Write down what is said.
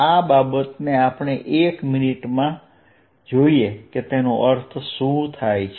આ બાબતને આપણે એક મિનિટમાં જોઈએ કે તેનો અર્થ શું છે